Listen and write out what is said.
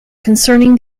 concerning